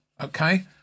Okay